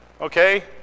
okay